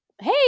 Hey